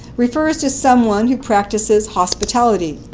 refers to someone who practices hospitality.